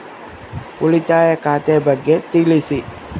ಉಳಿತಾಯ ಖಾತೆ ಬಗ್ಗೆ ತಿಳಿಸಿ?